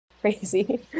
crazy